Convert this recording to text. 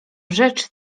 rzecz